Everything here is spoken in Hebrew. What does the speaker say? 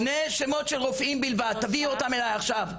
שני שמות של רופאים בלבד, תביאי אותם אליי עכשיו.